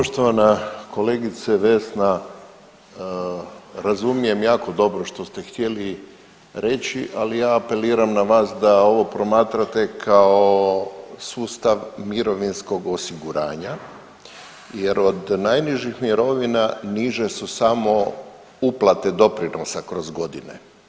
Poštovana kolegice Vesna razumijem jako dobro što ste htjeli reći, ali ja apeliram na vas da ovo promatrate kao sustav mirovinskog osiguranja jer od najnižih mirovina niže su samo uplate doprinosa kroz godine.